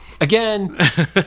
again